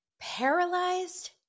Paralyzed